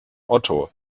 otto